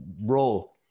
Role